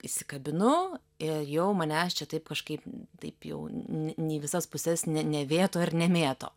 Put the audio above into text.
įsikabinu ir jau manęs čia taip kažkaip taip jau ne į visas puses ne ne vėto ir nemėto